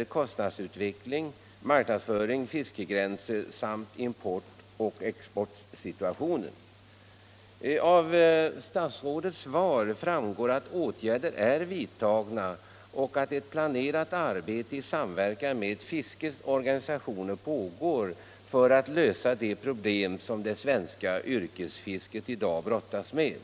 i kostnadsutveckling, marknadsföring, fiskegränser samt import och exportsituationen. Av statsrådets svar framgår att åtgärder är vidtagna och att ett planerat arbete i samverkan med fiskets organisationer pågår för att lösa de problem som det svenska yrkesfisket i dag brottas med.